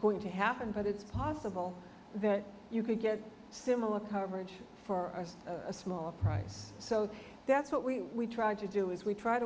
going to happen but it's possible that you could get similar coverage for a small price so that's what we tried to do is we try to